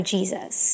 Jesus